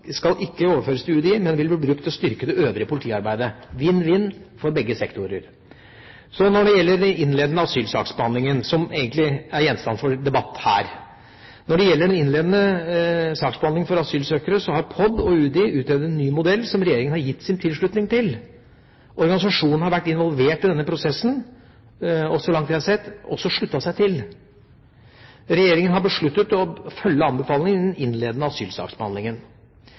skal ikke overføres til UDI, men vil bli brukt til å styrke det øvrige politiarbeidet, altså en vinn-vinn-situasjon for begge sektorer. Så til den innledende asylsaksbehandlingen, som egentlig er gjenstand for debatten her: Når det gjelder den innledende saksbehandlingen for asylsøkere, så har POD og UDI utredet en ny modell som regjeringa har gitt sin tilslutning til. Organisasjonene har vært involvert i denne prosessen – og så langt vi har sett, også sluttet seg til. Regjeringa har besluttet å følge anbefalingene i den innledende asylsaksbehandlingen.